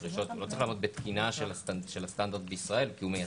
לא צריך לעמוד בתקינה של הסטנדרט בישראל כי הוא ייצא.